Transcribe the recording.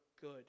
good